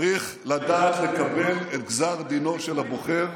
צריך לדעת לקבל את גזר דינו של הבוחר,